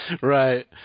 right